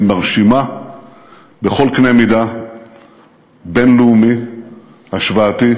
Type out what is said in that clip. מרשימה בכל קנה מידה בין-לאומי השוואתי,